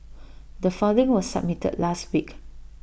the filing was submitted last week